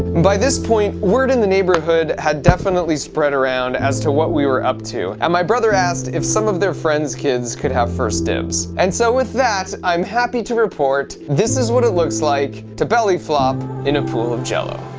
by this point, word in the neighborhood had definitely spread around as to what we were up to. and my brother asked if some of their friend's kids could have first dibs. and so with that, i'm happy to report this is what it looks like to belly flop in a pool of jello.